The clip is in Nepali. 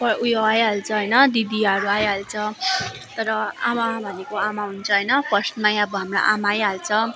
उयो आइहाल्छ होइन दिदीहरू आइहाल्छ तर आमा भनेको आमा हुन्छ होइन फर्स्टमै अब हाम्रो आमा आइहाल्छ